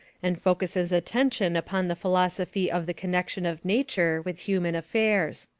and focuses attention upon the philosophy of the connection of nature with human affairs.